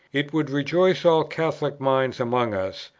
it would rejoice all catholic minds among us,